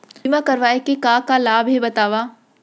बीमा करवाय के का का लाभ हे बतावव?